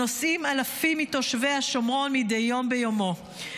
נוסעים אלפים מתושבי השומרון מדי יום ביומו.